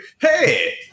hey